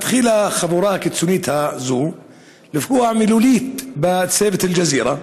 החבורה הקיצונית הזאת התחילה לפגוע מילולית בצוות אל-ג'זירה.